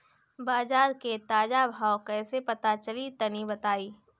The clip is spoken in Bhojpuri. बाजार के ताजा भाव कैसे पता चली तनी बताई?